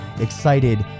excited